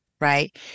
right